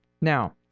Now